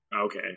Okay